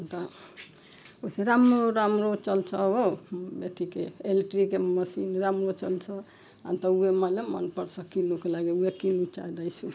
अन्त उसै राम्रो राम्रो चल्छ हो यति के इलेक्ट्रिक मेसिन राम्रो चल्छ अन्त उही मैले मन पर्छ किन्नुको लागि उही किन्नु चाहँदैछु